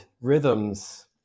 rhythms